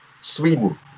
Sweden